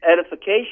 Edification